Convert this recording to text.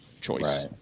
choice